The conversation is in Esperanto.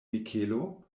mikelo